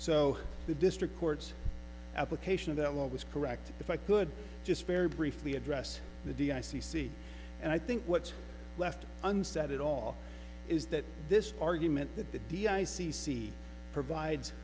so the district court application of that law was correct if i could just very briefly address the d i c c and i think what's left unsaid it all is the this argument that the d i c c provides